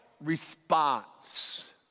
Response